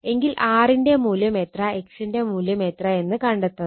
എങ്കിൽ R ന്റെ മൂല്യം എത്ര X ന്റെ മൂല്യം എത്ര എന്നത് കണ്ടെത്തണം